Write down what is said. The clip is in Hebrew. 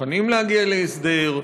מוכנים להגיע להסדר.